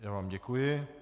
Já vám děkuji.